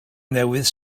newydd